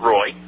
Roy